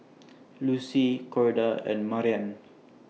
Lucie Corda and Marian